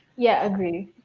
yeah. agreed.